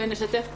ונשתף פעולה.